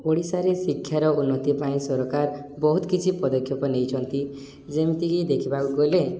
ଓଡ଼ିଶାରେ ଶିକ୍ଷାର ଉନ୍ନତି ପାଇଁ ସରକାର ବହୁତ କିଛି ପଦକ୍ଷେପ ନେଇଛନ୍ତି ଯେମିତିକି ଦେଖିବାକୁ ଗଲେ